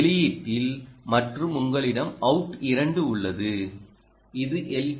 வெளியீட்டில் மற்றும் உங்களிடம் அவுட் 2 உள்ளது இது எல்